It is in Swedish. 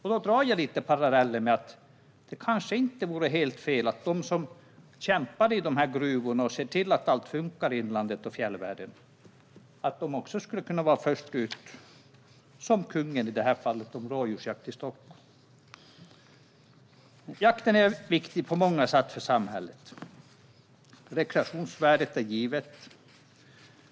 Här kan jag dra parallellen att det kanske inte vore helt fel att de som kämpar i gruvorna och ser till att allt funkar i inlandet och fjällvärlden också skulle kunna få vara först ut och jaga, som kungen i fallet med rådjursjakt i Stockholm. Jakten är viktig på många sätt för samhället. Rekreationsvärdet är givet.